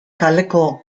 kaleko